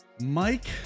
mike